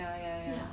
mm